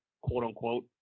quote-unquote